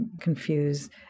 confuse